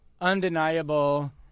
undeniable